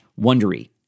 Wondery